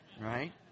right